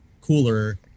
cooler